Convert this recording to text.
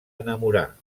enamorar